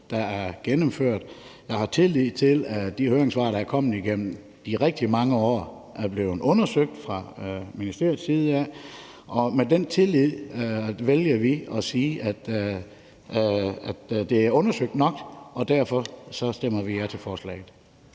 der er gennemført, og jeg har tillid til, at de høringssvar, der er kommet igennem de rigtig mange år, er blevet undersøgt fra ministeriets side. Med den tillid vælger vi at sige, at det er undersøgt nok, og derfor stemmer vi ja til forslaget.